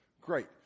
Great